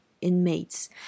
inmates